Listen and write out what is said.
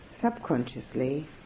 subconsciously